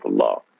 Allah